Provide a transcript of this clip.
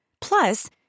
Plus